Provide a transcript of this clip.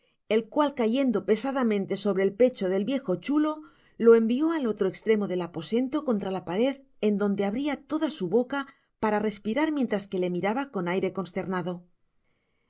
el cual cayendo pesadamente sobre el pecho del viejo chulo lo envió al otro estremo del aposento contra ia pared en donde abria toda su boca para respirar mientras que le miraba con aire consternado